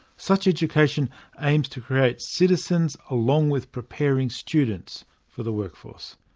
such education aims to create citizens along with preparing students for the workforce.